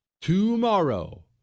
tomorrow